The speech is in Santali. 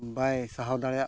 ᱵᱟᱭ ᱥᱟᱦᱟᱣ ᱫᱟᱲᱮᱭᱟᱜ ᱠᱟᱱᱟ